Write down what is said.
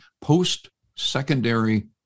post-secondary